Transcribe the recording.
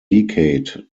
decade